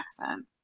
accent